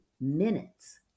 minutes